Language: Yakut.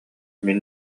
мин